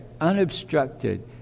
unobstructed